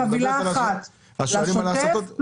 זה הגיע כחבילה אחת לשוטף ולפיתוח.